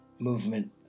Movement